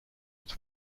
its